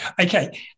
Okay